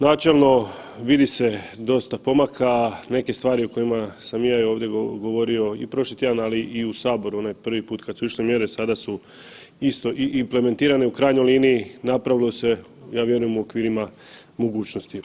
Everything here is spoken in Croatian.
Načelno vidi se dosta pomaka, neke stvari o kojima sam i ja ovdje govorio i prošli tjedan, ali i u Saboru onaj prvi put kada su išle mjere sada su isto i implementirane i u krajnjoj liniji napravilo se, ja vjerujem u okvirima mogućnosti.